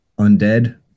undead